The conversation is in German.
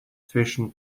zwischen